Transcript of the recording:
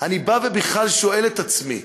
אני בכלל שואל את עצמי: